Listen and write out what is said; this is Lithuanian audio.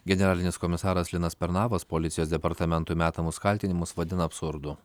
generalinis komisaras linas pernavas policijos departamentui metamus kaltinimus vadina absurdu